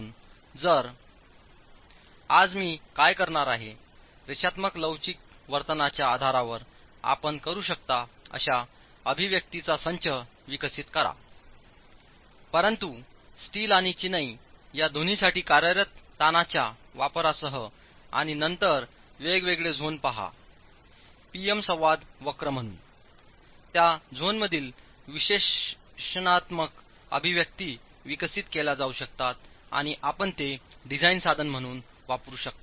तर आज मी काय करणार आहे रेषात्मक लवचिक वर्तनच्या आधारावर आपण वापरू शकता अशा अभिव्यक्तींचा संच विकसित करा परंतु स्टील आणि चिनाई या दोन्हीसाठी कार्यरत ताणांच्या वापरासह आणि नंतर वेगवेगळे झोन पहा P M संवाद वक्र म्हणून त्या झोनमधील विश्लेषणात्मक अभिव्यक्ती विकसित केल्या जाऊ शकतात आणि आपण ते डिझाइन साधन म्हणून वापरू शकता